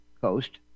coast